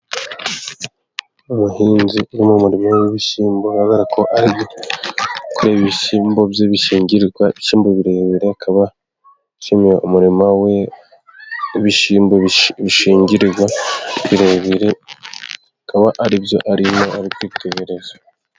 Umuhinzi uri mu murima w'ibishyimbo. Bigaragara ko arimo kurebwa ibishyimbo bye bishingirirwa. Ibishyimbo birebire , akaba ari mu murima w'ibishyimbo bishingirirwa, birebire, akaba ari byo arimo kwitegerereza.